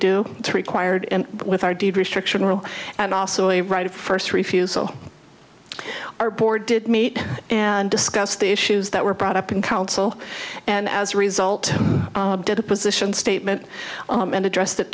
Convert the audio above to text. do required in with our deed restriction rule and also a right of first refusal our board did meet and discuss the issues that were brought up in council and as a result did a position statement and address that